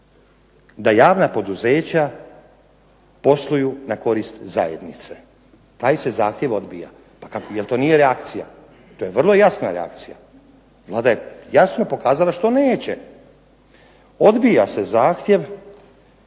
da javna poduzeća posluju na korist zajednice. Taj se zahtjev odbija. Pa jel to nije reakcija? To je vrlo jasna reakcija. Vlada je jasno pokazala što neće. Odbija se zahtjev